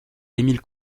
emil